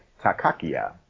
Takakia